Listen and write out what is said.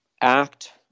act